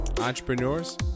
entrepreneurs